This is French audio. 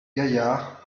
gaillard